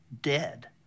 dead